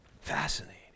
Fascinating